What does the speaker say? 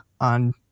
on